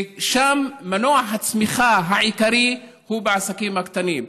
ושם מנוע הצמיחה העיקרי הוא בעסקים הקטנים.